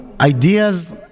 ideas